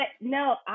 no